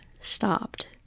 stopped